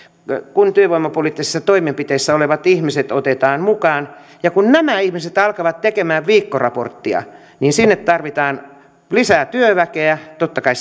kun työvoimapoliittisissa toimenpiteissä olevat ihmiset otetaan mukaan ja kun nämä ihmiset alkavat tekemään viikkoraporttia niin sinne tarvitaan lisää työväkeä totta kai